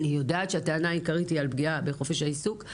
אני יודעת שהטענה העיקרית היא על פגיעה בחופש העיסוק,